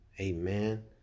Amen